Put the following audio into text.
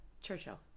Churchill